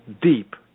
deep